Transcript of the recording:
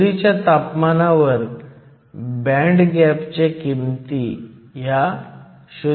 खोलीच्या तापमानावर बँड गॅपच्या किमती ह्या 0